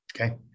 Okay